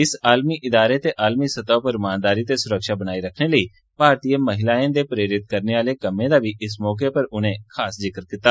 इस आलमी इदारे ते आलमी स्तह उप्पर रमानदारी ते सुरक्षा बनाई रक्खने लेई भारतीय महिलायें दे प्रेरित करने आहलें कम्में दा बी खास तौर उप्पर उनें जिक्र कीता